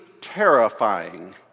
terrifying